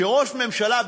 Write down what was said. שראש ממשלה,